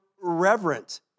reverent